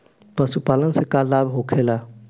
पशुपालन से का लाभ होखेला?